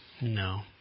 No